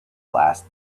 glass